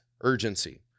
urgency